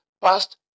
past